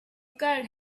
card